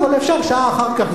אבל אפשר שעה אחר כך,